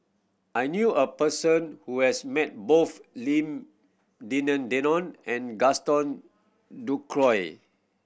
I knew a person who has met both Lim Denan Denon and Gaston Dutronquoy